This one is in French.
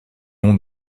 non